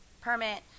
permit